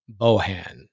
Bohan